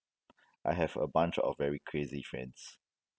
I have a bunch of very crazy friends